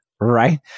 right